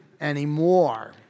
anymore